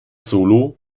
solo